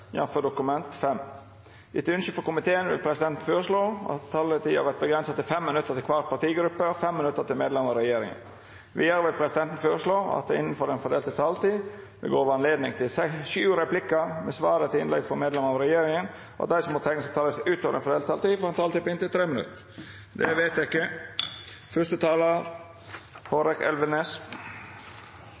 minutt til medlemer av regjeringa. Vidare vil presidenten føreslå at det – innanfor den fordelte taletida – vert gjeve anledning til inntil sju replikkar med svar etter innlegg frå medlemer av regjeringa. Vidare vert det føreslått at dei som måtte teikna seg på talarlista utover den fordelte taletida, får ei taletid på inntil 3 minutt. – Det er vedteke.